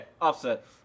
Offset